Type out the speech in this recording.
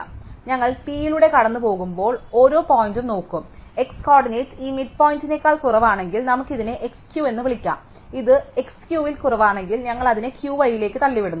അതിനാൽ ഞങ്ങൾ P yയിലൂടെ കടന്നുപോകുമ്പോൾ ഞങ്ങൾ ഓരോ പോയിന്റും നോക്കും x കോർഡിനേറ്റ് ഈ മിഡിപ്പോയ്ന്റ്നേക്കാൾ കുറവാണെങ്കിൽ നമുക്ക് ഇതിനെ x Q എന്ന് വിളിക്കാം ഇത് x Q ൽ കുറവാണെങ്കിൽ ഞങ്ങൾ അതിനെ Q y ലേക്ക് തള്ളിവിടുന്നു